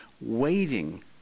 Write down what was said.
waiting